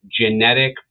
genetic